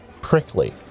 prickly